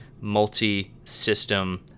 multi-system